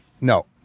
No